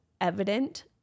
evident